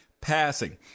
passing